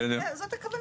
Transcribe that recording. זאת הכוונה.